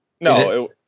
No